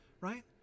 right